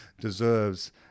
deserves